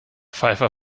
pfeiffer